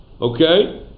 Okay